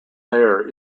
layer